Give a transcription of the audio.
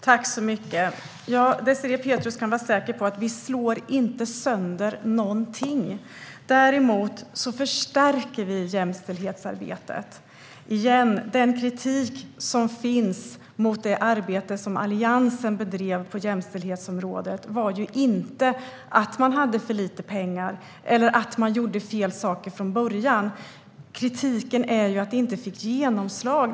Fru talman! Désirée Pethrus kan vara säker på att vi inte slår sönder någonting. I stället förstärker vi jämställdhetsarbetet. Jag upprepar: Den kritik som riktats mot det arbete Alliansen bedrev på jämställdhetsområdet har inte gått ut på att man hade för lite pengar eller att man gjorde fel saker från början, utan på att arbetet inte fick genomslag.